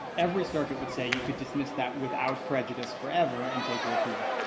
every circuit would say you could dismiss that without prejudice forever and take your appeal.